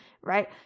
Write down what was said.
right